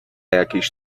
jakiejś